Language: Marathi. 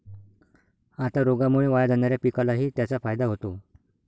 आता रोगामुळे वाया जाणाऱ्या पिकालाही त्याचा फायदा होतो